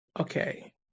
Okay